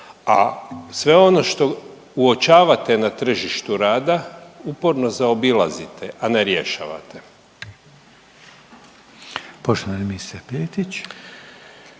A sve ono što uočavate na tržištu rada uporno zaobilazite, a ne rješavate. **Reiner, Željko